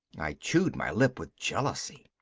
i chewed my lip with jealousy.